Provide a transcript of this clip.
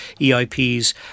EIPs